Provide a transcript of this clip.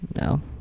no